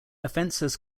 offences